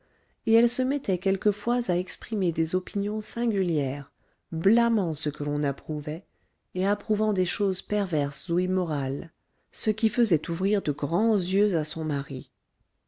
et elle se mettait quelquefois à exprimer des opinions singulières blâmant ce que l'on approuvait et approuvant des choses perverses ou immorales ce qui faisait ouvrir de grands yeux à son mari